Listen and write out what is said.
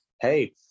Hey